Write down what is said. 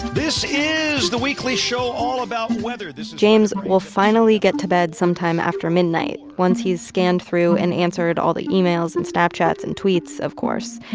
this is the weekly show all about weather. this is. james will finally get to bed sometime after midnight, once he's scanned through and answered all the emails and snapchats and tweets, of course.